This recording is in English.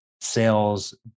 sales